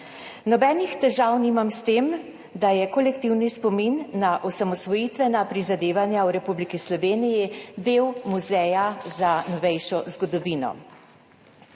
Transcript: Nobenih težav nimam s tem, da je kolektivni spomin na osamosvojitvena prizadevanja v Republiki Sloveniji del Muzeja novejše zgodovine.